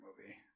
movie